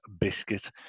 biscuit